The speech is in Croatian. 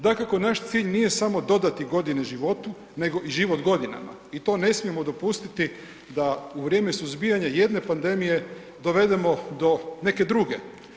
Dakako, naš cilj nije samo dodati godine životu nego i život godinama i to ne smijemo dopustiti da u vrijeme suzbijanja jedne pandemije dovedemo do neke druge.